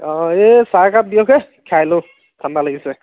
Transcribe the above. অঁ এই চাহ একাপ দিয়ক হে খাই লওঁ ঠাণ্ডা লাগিছে